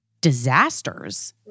disasters